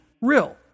real